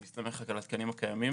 אם תסתמך על התקנים הקיימים.